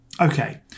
Okay